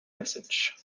message